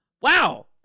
wow